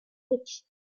pitch